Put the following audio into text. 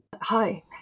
Hi